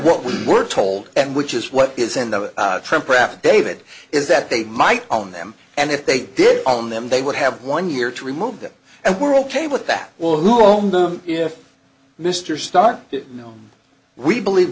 what we were told and which is what is in the trump crap david is that they might own them and if they did on them they would have one year to remove them and we're ok with that well who own them if mr stock no we believe